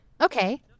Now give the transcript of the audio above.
Okay